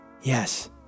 Yes